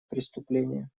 преступление